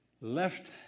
left